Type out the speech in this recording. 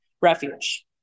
Refuge